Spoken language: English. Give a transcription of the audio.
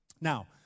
Now